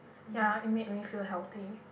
ya it made me feel healthy